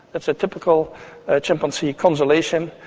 that's a typical ah chimpanzee consolation,